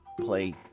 play